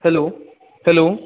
hello hello